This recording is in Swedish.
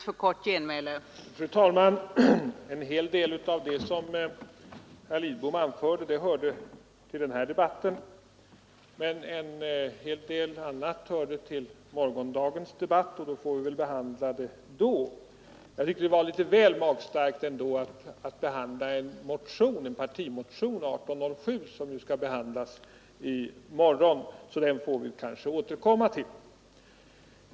Fru talman! En hel av det som herr Lidbom anförde hörde till den här debatten, men en hel del hörde till morgondagens debatt. Denna senare del får vi väl behandla då. Men jag tyckte ändå att det var litet väl magstarkt att beröra en partimotion — nr 1807 — som skall behandlas i morgon. Den får vi som sagt återkomma till.